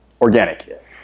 Organic